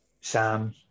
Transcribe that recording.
Sam